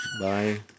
Bye